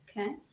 Okay